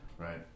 right